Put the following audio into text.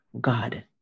god